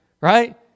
right